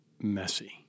messy